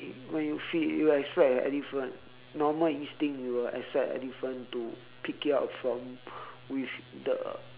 when you feed you expect a elephant normal instinct we will expect elephant to pick it up from with the